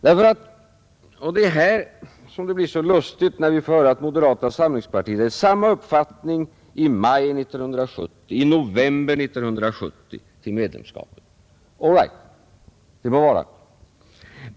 Det är i detta sammanhang som det blir så lustigt när vi får höra att moderata samlingspartiet hade samma uppfattning i maj 1970 som i november 1970 till medlemskapet. All right, det må vara.